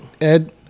Ed